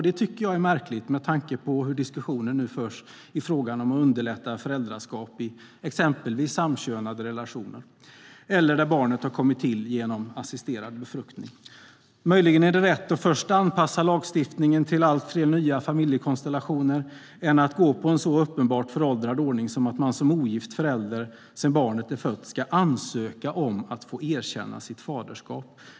Det tycker jag är märkligt med tanke på hur diskussionen nu förs i frågan om att underlätta föräldraskap i exempelvis samkönade relationer eller där barnet har kommit till genom assisterad befruktning. Möjligen är det mer rätt att anpassa lagstiftningen till allt fler nya familjekonstellationer än att gå på en så uppenbart föråldrad ordning som att man som ogift förälder sedan barnet är fött ska ansöka om att få erkänna sitt faderskap.